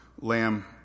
lamb